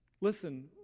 Listen